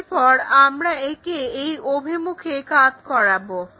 এরপর আমরা একে এই অভিমুখে কাৎ করবো